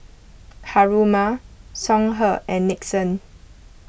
Haruma Songhe and Nixon